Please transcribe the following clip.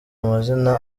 amazina